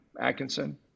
Atkinson